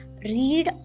read